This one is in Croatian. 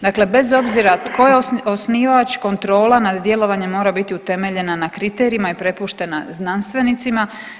Dakle, bez obzira tko je osnivač, kontrola nad djelovanjem mora biti utemeljena na kriterijima i prepuštena znanstvenicima.